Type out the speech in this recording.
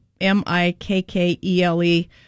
M-I-K-K-E-L-E